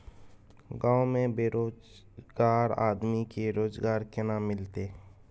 गांव में बेरोजगार आदमी के रोजगार केना मिलते?